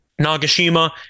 Nagashima